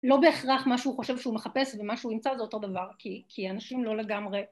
לא בהכרח מה שהוא חושב שהוא מחפש ומה שהוא ימצא זה אותו דבר כי.. כי אנשים לא לגמרי